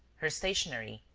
her stationery,